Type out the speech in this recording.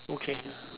okay